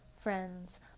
friends